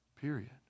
Period